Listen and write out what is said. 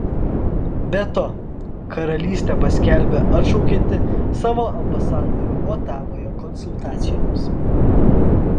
be to karalystė paskelbė atšaukianti savo ambasadorių otavoje konsultacijoms